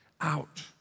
out